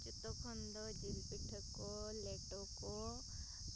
ᱡᱚᱛᱚ ᱠᱷᱚᱱ ᱫᱚ ᱡᱤᱞ ᱯᱤᱴᱷᱟᱹ ᱠᱚ ᱞᱮᱴᱚ ᱠᱚ